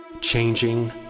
changing